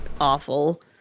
awful